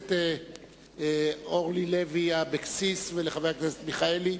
הכנסת אורלי לוי אבקסיס ולחבר הכנסת מיכאלי.